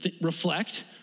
reflect